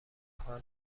کار